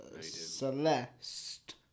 Celeste